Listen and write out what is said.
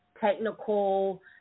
technical